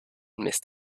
missed